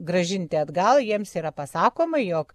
grąžinti atgal jiems yra pasakoma jog